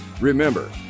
remember